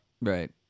Right